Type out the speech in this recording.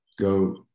Go –